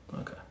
Okay